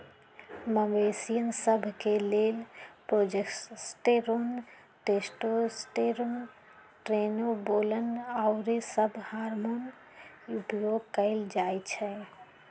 मवेशिय सभ के लेल प्रोजेस्टेरोन, टेस्टोस्टेरोन, ट्रेनबोलोन आउरो सभ हार्मोन उपयोग कयल जाइ छइ